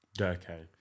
Okay